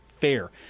fair